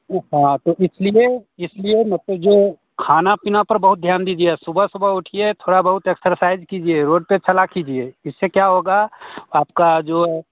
वह हाँ तो इसलिए इसलिए मतलब जो खाना पीना पर बहुत ध्यान दीजिए सुबह सुबह उठिए थोड़ा बहुत एक्सरसाइज कीजिए रोड पर चला कीजिए इससे क्या होगा आपका जो है